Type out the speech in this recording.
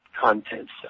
contents